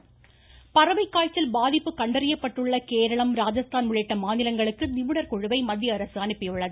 பறவைகாய்ச்சல் பறவைகாய்ச்சல் பாதிப்பு கண்டறியப்பட்டுள்ள கேரளம் ராஜஸ்தான் உள்ளிட்ட மாநிலங்களுக்கு நிபுணர் குழுவை மத்தியஅரசு அனுப்பியுள்ளது